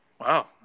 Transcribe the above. Wow